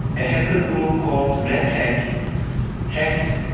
a hacker group called red hack hacked